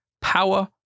Power